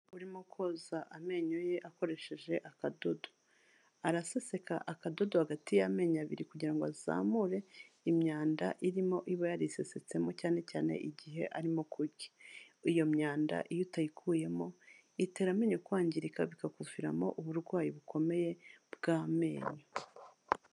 Urimo koza amenyo ye akoresheje akadodo araseseka akadodo hagati y'amenyo abiri kugira ngo azamure imyanda irimo iba yarisesetsemo cyane cyane igihe arimo kurya iyo myanda iyo utayikuyemo itera amenyo kwangirika bikakuviramo uburwayi bukomeye bw'amenyo.